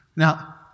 Now